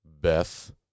Beth